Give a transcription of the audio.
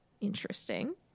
Interesting